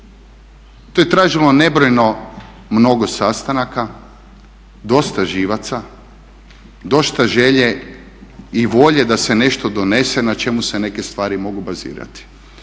To je tražilo nebrojeno mnogo sastanaka, dosta živaca, dosta želje i volje da se nešto donese na čemu se neke stvari mogu bazirati.